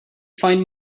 find